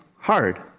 hard